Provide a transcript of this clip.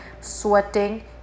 sweating